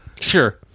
Sure